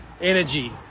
energy